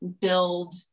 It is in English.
build